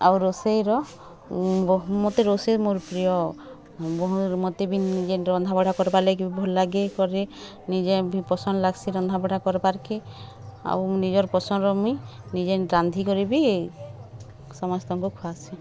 ଆଉ ରୋଷେଇର ମୋତେ ରୋଷେଇ ମୋର ପ୍ରିୟ ଭଲ୍ ଲାଗେ କରେ ନିଜେ ବି ପସନ୍ଦ ଲାଗସି ରନ୍ଧା ବଢ଼ା କରବାର୍ କେଁ ଆଉ ନିଜର୍ ପସନ୍ଦର ମୁଇଁ ନିଜେ ନି ରାନ୍ଧି କରି ବି ସମସ୍ତଙ୍କୁ ଖୁଆସି